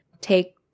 take